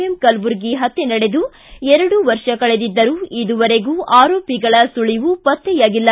M Kalburgi ಪತ್ಯೆ ನಡೆದು ಎರಡು ವರ್ಷ ಕಳೆದಿದ್ದರೂ ಇದುವರೆಗೂ ಆರೋಪಿಗಳ ಸುಳಿವು ಪತ್ತೆಯಾಗಿಲ್ಲ